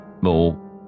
more